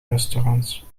restaurants